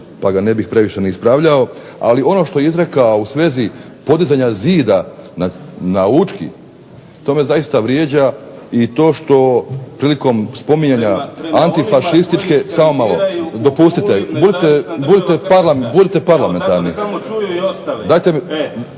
pa ga ne bih previše ni ispravljao. Ali ono što je izrekao u svezi podizanja zida na Učki to me zaista vrijeđa i to što prilikom spominjanja antifašističke, samo malo, dopustite, budite parlamentarni.